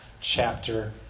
chapter